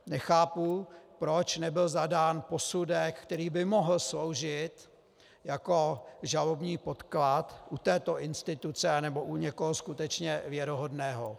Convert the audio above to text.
Nechápu, proč nebyl zadán posudek, který by mohl sloužit jako žalobní podklad u této instituce nnebo u někoho skutečně věrohodného.